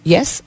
Yes